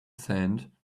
sand